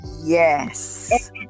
yes